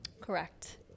Correct